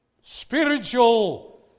spiritual